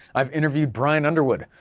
i've interviewed brian underwood,